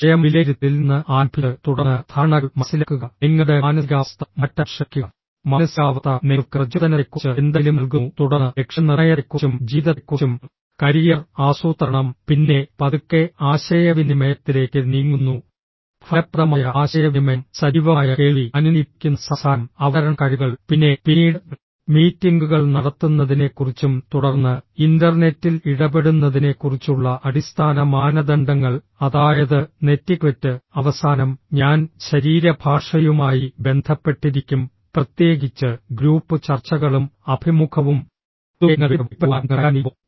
സ്വയം വിലയിരുത്തലിൽ നിന്ന് ആരംഭിച്ച് തുടർന്ന് ധാരണകൾ മനസിലാക്കുക നിങ്ങളുടെ മാനസികാവസ്ഥ മാറ്റാൻ ശ്രമിക്കുക മാനസികാവസ്ഥ നിങ്ങൾക്ക് പ്രചോദനത്തെക്കുറിച്ച് എന്തെങ്കിലും നൽകുന്നു തുടർന്ന് ലക്ഷ്യനിർണ്ണയത്തെക്കുറിച്ചും ജീവിതത്തെക്കുറിച്ചും കരിയർ ആസൂത്രണം പിന്നെ പതുക്കെ ആശയവിനിമയത്തിലേക്ക് നീങ്ങുന്നു ഫലപ്രദമായ ആശയവിനിമയം സജീവമായ കേൾവി അനുനയിപ്പിക്കുന്ന സംസാരം അവതരണ കഴിവുകൾ പിന്നെ പിന്നീട് മീറ്റിംഗുകൾ നടത്തുന്നതിനെക്കുറിച്ചും തുടർന്ന് ഇന്റർനെറ്റിൽ ഇടപെടുന്നതിനെക്കുറിച്ചുള്ള അടിസ്ഥാന മാനദണ്ഡങ്ങൾ അതായത് നെറ്റിക്വെറ്റ് അവസാനം ഞാൻ ശരീരഭാഷയുമായി ബന്ധപ്പെട്ടിരിക്കും പ്രത്യേകിച്ച് ഗ്രൂപ്പ് ചർച്ചകളും അഭിമുഖവും പൊതുവേ നിങ്ങൾ വ്യക്തിപരവും വ്യക്തിപരവുമായ ബന്ധങ്ങൾ കൈകാര്യം ചെയ്യുമ്പോൾ